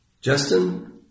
Justin